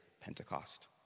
Pentecost